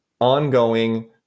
ongoing